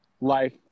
life